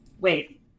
wait